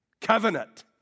Covenant